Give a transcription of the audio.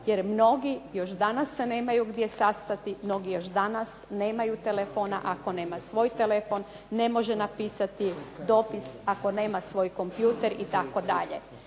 jer mnogi još danas se nemaju gdje sastati, mnogi još danas nemaju telefona. Ako nema svoj telefon ne može napisati dopis, ako nema svoj kompjuter itd.